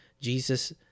Jesus